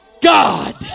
God